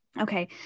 okay